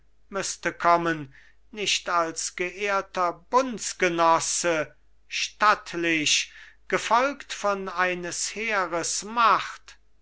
müßte kommen nicht als geehrter bundsgenosse stattlich gefolgt von eines heeres macht